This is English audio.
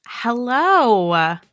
Hello